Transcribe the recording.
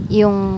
yung